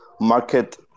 market